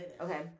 Okay